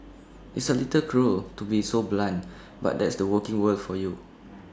it's A little cruel to be so blunt but that's the working world for you